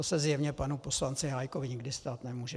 To se zjevně panu poslanci Hájkovi nikdy stát nemůže.